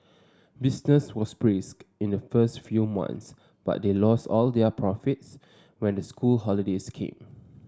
business was brisk in the first few months but they lost all their profits when the school holidays came